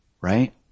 Right